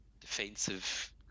defensive